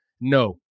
No